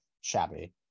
shabby